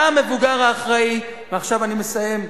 אתה המבוגר האחראי, ועכשיו אני מסיים.